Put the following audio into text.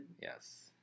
yes